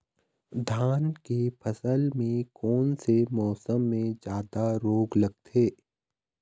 धान के फसल मे कोन से मौसम मे जादा रोग लगथे?